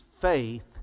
faith